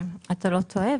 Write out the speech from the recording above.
אתה לא טועה.